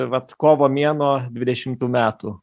vat kovo mėnuo dvidešimų metų